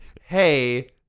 hey